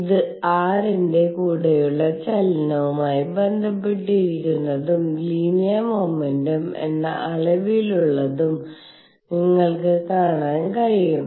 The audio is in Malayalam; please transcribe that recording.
ഇത് r ന്റെ കൂടെയുള്ള ചലനവുമായി ബന്ധിപ്പിച്ചിരിക്കുന്നതും ലീനിയർ മൊമെന്റം എന്ന അളവിലുള്ളതും നിങ്ങൾക്ക് കാണാൻ കഴിയും